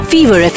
Fever